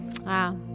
Wow